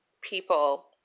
people